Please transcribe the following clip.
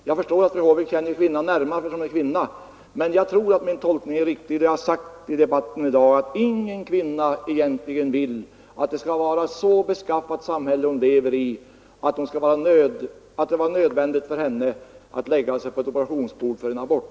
Jag förstår ju att fru Håvik känner kvinnan närmare, eftersom hon själv är kvinna, men jag tror ändå att min tolkning i debatten i dag är riktig när jag har sagt att ingen kvinna egentligen vill att det samhälle hon lever i skall vara så beskaffat att hon skall vara nödsakad att lägga sig på operationsbordet för en abort.